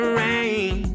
rain